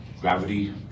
gravity